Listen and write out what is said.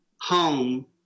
home